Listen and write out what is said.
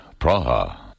Praha